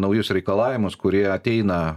naujus reikalavimus kurie ateina